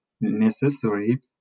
necessary